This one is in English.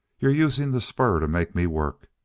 you're using the spur to make me work.